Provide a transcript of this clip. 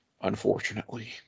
unfortunately